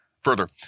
Further